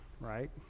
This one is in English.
right